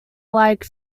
like